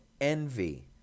envy